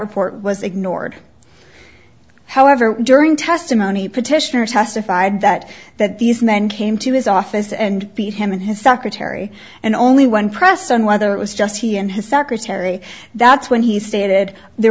report was ignored however during testimony petitioners testified that that these men came to his office and beat him and his secretary and only when pressed on whether it was just he and his secretary that's when he stated there